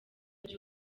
gihe